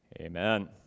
Amen